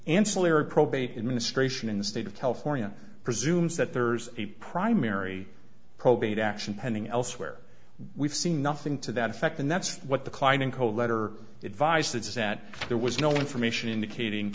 ancillary probate administration in the state of california presumes that there's a primary probate action pending elsewhere we've seen nothing to that effect and that's what the klein and co letter advised that says that there was no information indicating